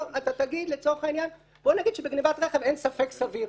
לא, אתה תגיד בואו נגיד שבגניבת רכב אין ספק סביר.